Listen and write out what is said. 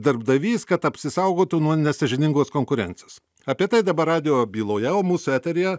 darbdavys kad apsisaugotų nuo nesąžiningos konkurencijos apie tai dabar radijo byloje o mūsų eteryje